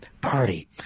party